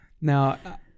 Now